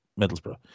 Middlesbrough